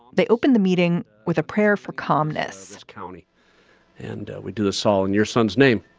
they opened the meeting with a prayer for calmness county and we do a song in your son's name.